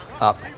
up